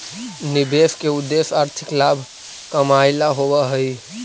निवेश के उद्देश्य आर्थिक लाभ कमाएला होवऽ हई